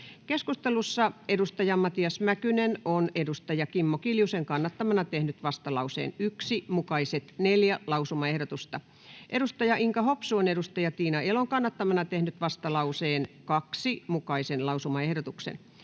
Keskustelussa Matias Mäkynen on Kimmo Kiljusen kannattamana tehnyt vastalauseen 1 mukaiset neljä lausumaehdotusta, Inka Hopsu on Tiina Elon kannattamana tehnyt vastalauseen 2 mukaisen lausumaehdotuksen,